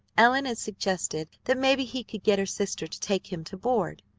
ellen had suggested that maybe he could get her sister to take him to board!